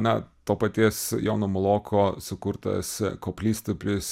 na to paties jono muloko sukurtas koplystupis